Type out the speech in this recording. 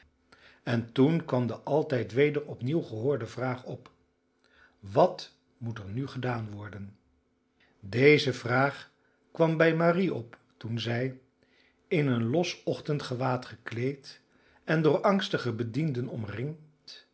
en toen kwam de altijd weder opnieuw gehoorde vraag op wat moet er nu gedaan worden deze vraag kwam bij marie op toen zij in een los ochtendgewaad gekleed en door angstige bedienden omringd